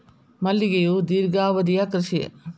ಮಲ್ಲಿಗೆಯು ದೇರ್ಘಾವಧಿಯ ಕೃಷಿ